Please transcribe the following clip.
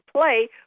play